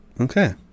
okay